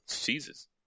Jesus